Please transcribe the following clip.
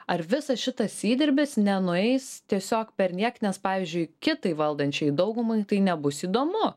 ar visas šitas įdirbis nenueis tiesiog perniek nes pavyzdžiui kitai valdančiajai daugumai tai nebus įdomu